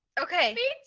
okay